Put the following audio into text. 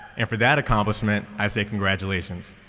and for that accomplishment, i say congratulations.